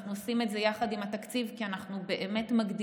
אנחנו עושים את זה יחד עם התקציב כי אנחנו באמת מגדילים